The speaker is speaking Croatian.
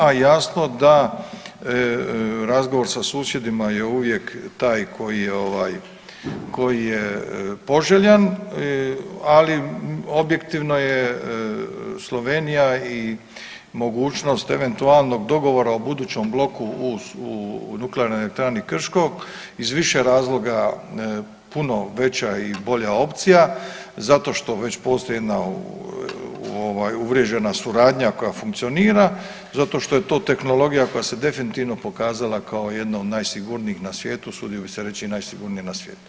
A jasno da razgovor sa susjedima je uvijek taj koji je poželjan, ali objektivno Slovenija i mogućnost eventualnog dogovora o budućem bloku u Nuklearnoj elektrani Krško iz više razloga puno veća i bolja opcija zato što već postoji jedna uvriježena suradnja koja funkcionira, zato što je to tehnologija koja se definitivno pokazala kao jedna od najsigurnijih na svijetu, usudio bih se reći i najsigurnija na svijetu.